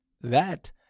That